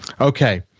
Okay